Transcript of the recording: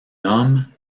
homme